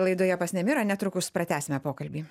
laidoje pas nemirą netrukus pratęsime pokalbį